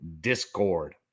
Discord